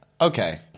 Okay